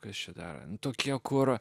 kas čia darant tokį kurą